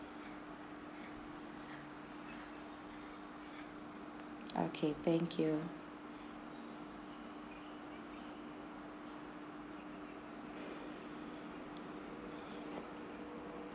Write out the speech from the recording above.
okay thank you